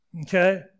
Okay